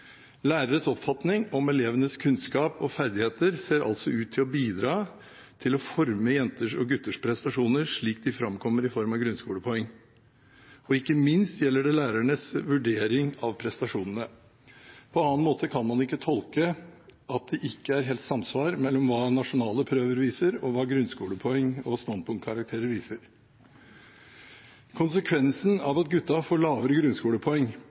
Læreres oppfatninger om elevenes kunnskap og ferdigheter ser altså ut til å bidra til å forme jenters og gutters prestasjoner slik de framkommer i form av grunnskolepoeng, og ikke minst gjelder det lærernes vurdering av prestasjonene. På annen måte kan man ikke tolke at det ikke er helt samsvar mellom hva nasjonale prøver viser, og hva grunnskolepoeng og standpunktkarakterer viser. Konsekvensene av at gutta får lavere grunnskolepoeng